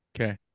Okay